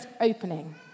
opening